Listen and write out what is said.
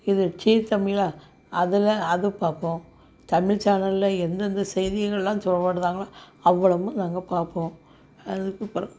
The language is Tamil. இது ஜீ தமிழா அதில் அது பார்ப்போம் தமில் சேனலில் எந்தெந்த செய்திகள்லாம் ஓடுதுங்களோ அவ்வளவும் நாங்கள் பார்ப்போம் அதுக்கப்பறம்